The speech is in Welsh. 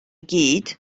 gyd